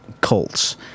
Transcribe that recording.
cults